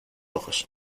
ojos